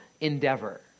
endeavor